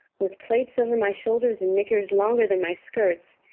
with plaits over my shoulders and knickers longer than my skirts,